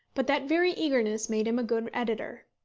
but that very eagerness made him a good editor.